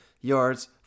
yards